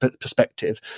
perspective –